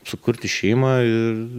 sukurti šeimą ir